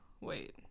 wait